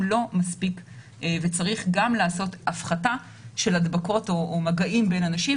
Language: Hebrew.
לא מספיק וצריך גם לעשות הפחתה של הדבקות או מגעים בין אנשים,